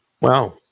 Wow